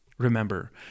Remember